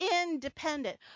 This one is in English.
independent